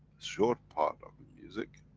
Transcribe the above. short part of a music,